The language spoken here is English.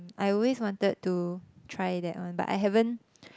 I always wanted to try that one but I haven't